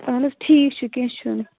اَہَن حظ ٹھیٖک چھُ کیٚنٛہہ چھُنہٕ